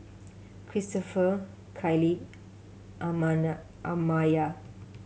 Cristopher Kyleigh Amaya